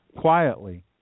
quietly